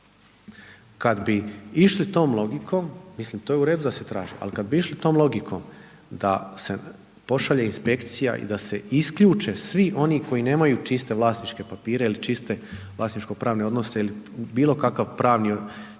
Kada bi išli tom logikom, mislim to je u redu da se traži ali kada bi išli tom logikom da se pošalje inspekcija i da se isključe svi oni koji nemaju čiste vlasničke papire ili čiste vlasničko pravne odnose ili bilo kakav čist pravni odnos